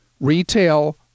retail